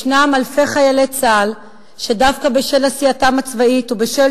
ישנם אלפי חיילי צה"ל שדווקא בשל עשייתם הצבאית ובשל